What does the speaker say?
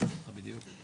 אני אגיד לך בדיוק.